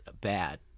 bad